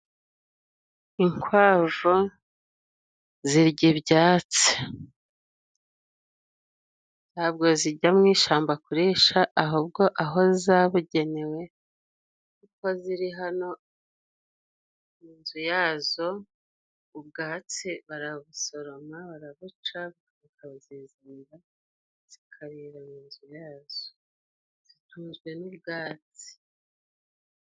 Inkwavu zirya ibyatsi ntabwo zijya mu ishyamba kurisha, ahubwo aho zabugenewe kuko ziri hano inzu yazo ubwatsi barabusoroma, barabuca, zikareba inzu yazo, zitunzwe n'Ubwatsi.